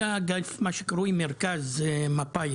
מה שקרוי מרכז, מפא"י